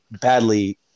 badly